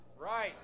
Right